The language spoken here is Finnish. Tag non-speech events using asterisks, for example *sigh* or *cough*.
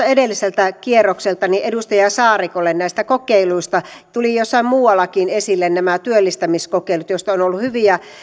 *unintelligible* edelliseltä kierrokselta edustaja saarikolle näistä kokeiluista tulivat jossain muuallakin esille nämä työllistämiskokeilut joista on on ollut hyviä